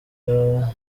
guha